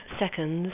seconds